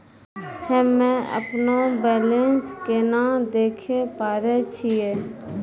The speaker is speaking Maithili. हम्मे अपनो बैलेंस केना देखे पारे छियै?